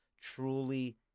truly